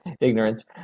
ignorance